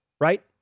right